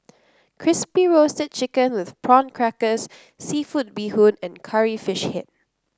Crispy Roasted Chicken with Prawn Crackers seafood Bee Hoon and Curry Fish Head